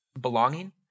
belonging